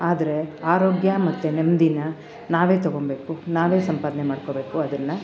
ಆದರೆ ಆರೋಗ್ಯ ಮತ್ತು ನೆಮ್ಮದಿನ ನಾವೇ ತಗೊಂಬೇಕು ನಾವೇ ಸಂಪಾದನೆ ಮಾಡಿಕೋಬೇಕು ಅದನ್ನ